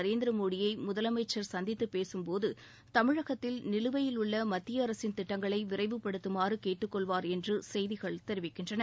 நரேந்திர மோடியை முதலமைச்சர் சந்தித்துப்பேசும்போது தமிழகத்தில் நிலுவையிலுள்ள மத்திய அரசின் திட்டங்களை விரைவுபடுத்தமாறு கேட்டுக் கொள்வார் என்று செய்திகள் தெரிவிக்கின்றன